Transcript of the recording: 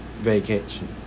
vacation